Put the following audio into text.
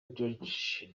george